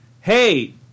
Hey